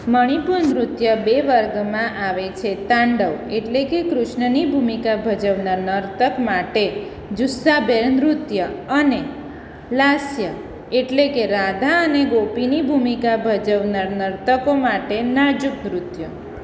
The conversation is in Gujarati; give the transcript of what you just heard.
મણિપુર નૃત્ય બે વર્ગમાં આવે છે તાંડવ એટલે કે કૃષ્ણની ભૂમિકા ભજવનાર નર્તક માટે જુસ્સાભેર નૃત્ય અને લાસ્ય એટલે રાધા અને ગોપીની ભૂમિકા ભજવનાર નર્તકો માટે નાજુક નૃત્ય